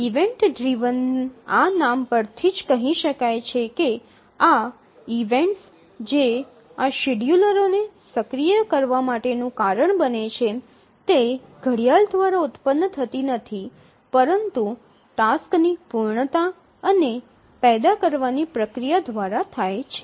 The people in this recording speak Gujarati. ઇવેન્ટ ડ્રિવન આ નામ પરથી જ કહી શકાય છે કે આ ઇવેન્ટ્સ જે આ શેડ્યૂલરોને સક્રિય કરવા માટેનું કારણ બને છે તે ઘડિયાળ દ્વારા ઉત્પન્ન થતી નથી પરંતુ ટાસક્સ ની પૂર્ણતા અને પેદા પ્રક્રિયા દ્વારા થાય છે